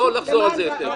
לא נחזור על זה יותר.